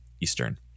Eastern